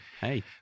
hey